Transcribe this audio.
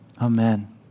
Amen